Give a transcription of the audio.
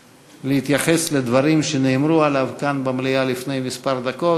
ולהתייחס לדברים שנאמרו עליו כאן במליאה לפני כמה דקות.